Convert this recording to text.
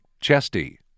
Chesty